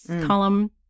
column